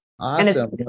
Awesome